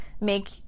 make